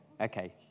Okay